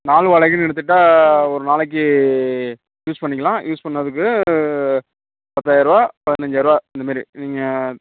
நாள் வாடகைக்குனு எடுத்துக்கிட்டால் ஒரு நாளைக்கு யூஸ் பண்ணிக்கலாம் யூஸ் பண்ணுறதுக்கு பத்தாயிரரூவா பதினஞ்சாயிர ரூவா இந்தமாரி நீங்கள்